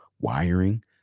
wiring